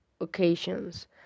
occasions